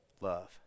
love